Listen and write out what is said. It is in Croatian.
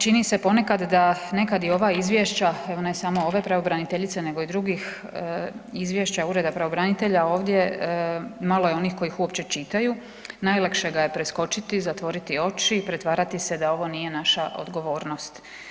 Čini se ponekad da nekad i ova izvješća, evo ne samo ove pravobraniteljice nego i drugih izvješća ureda pravobranitelja ovdje malo je onih koji ih uopće čitaju, najlakše ga je preskočiti, zatvoriti oči, pretvarati se da ovo nije naša odgovornost.